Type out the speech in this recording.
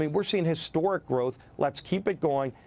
we're seeing historic growth let's keep it growing.